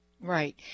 Right